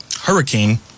hurricane